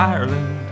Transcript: Ireland